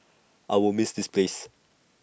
I will miss this place